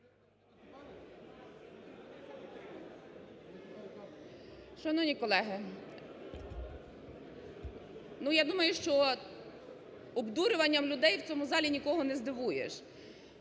Шановні колеги, ну я думаю, що обдурюванням людей в цьому залі нікого не здивуєш.